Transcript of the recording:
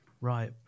Right